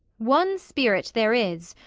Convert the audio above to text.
one spirit there is,